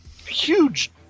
Huge